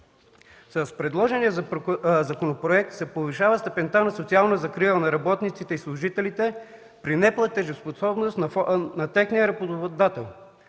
С предложения законопроект се повишава степента на социална закрила на работниците и служителите при неплатежоспособност на техния работодател.